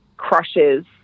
Crushes